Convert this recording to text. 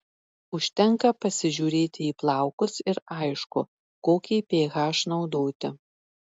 užtenka pasižiūrėti į plaukus ir aišku kokį ph naudoti